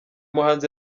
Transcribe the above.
muhanzi